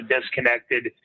disconnected